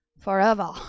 forever